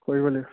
কৰিব লা